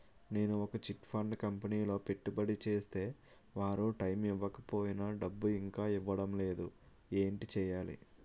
నేను ఒక chit fund కంపెనీలో పెట్టుబడి చేస్తే వారు టైమ్ ఇవ్వకపోయినా డబ్బు ఇంకా ఇవ్వడం లేదు ఏంటి చేయాలి?